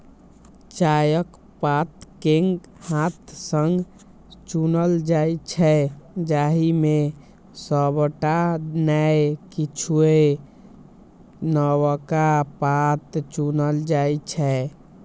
चायक पात कें हाथ सं चुनल जाइ छै, जाहि मे सबटा नै किछुए नवका पात चुनल जाइ छै